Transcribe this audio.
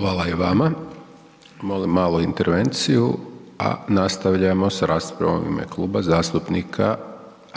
Hvala i vama. Molim malu intervenciju, a nastavljamo s raspravom u ime Kluba zastupnika